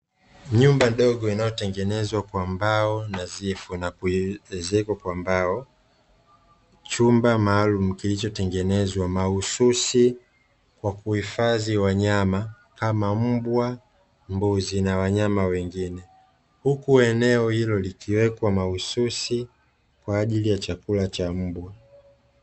Nyumba ndogo inayotengenezwa kwa mbao nadhifu na kuwezekwa kwa mbao, chumba maalumu kilichotengenezwa mahususi kwa kuhifadhi wanyama kama mbwa, mbuzi na wanyama wengine huku eneo hilo likiwekwa mahususi kwa ajili ya chakula cha mbwa.